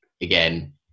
again